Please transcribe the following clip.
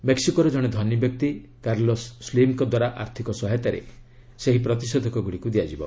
ମେକୁକୋର ଜଣେ ଧନୀ ବ୍ୟକ୍ତି କାର୍ଲସ୍ ସ୍କିମ୍ଙ୍କ ଦ୍ୱାରା ଆର୍ଥିକ ସହାୟତାରେ ଏହି ପ୍ରତିଷେଧକ ଗୁଡ଼ିକୁ ଦିଆଯିବ